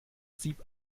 sieb